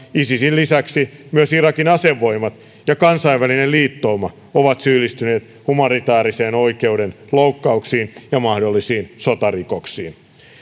isisin lisäksi myös irakin asevoimat ja kansainvälinen liittouma ovat syyllistyneet humanitaarisen oikeuden loukkauksiin ja mahdollisiin sotarikoksiin